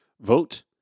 vote